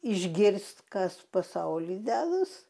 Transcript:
išgirst kas pasauly dedas